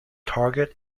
target